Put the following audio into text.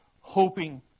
hoping